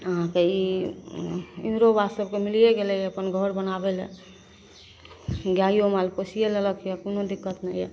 अहाँके ई इन्दिरो आवास सभकेँ मिलिए गेलै अपन घर बनाबै ले गाइओ माल पोसिए लेलक यऽ कोनो दिक्कत नहि यऽ